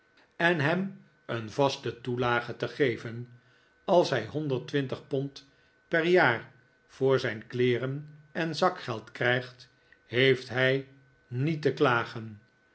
en hem een vaste toelage te geven als hij honderd mijnheer mantalini dreigt zich te verdrinken twintig pond per jaar voor zijn kleeren en zakgeld krijgt heeft hij niet te klagen